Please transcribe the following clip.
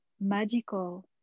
magical